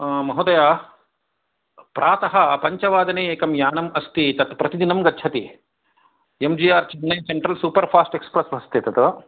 महोदय प्रात पञ्चवादने एकं यानम् अस्ति तत् प्रतिदिनं गच्छति M G R Chennai central super fast express अस्ति तत्